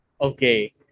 okay